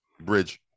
Bridge